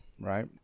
right